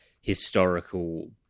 historical